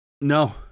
No